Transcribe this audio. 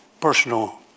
personal